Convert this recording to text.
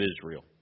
Israel